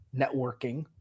networking